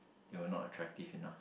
they were not attractive enough